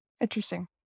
Interesting